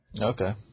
Okay